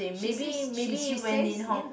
she says she she says ya